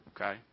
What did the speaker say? Okay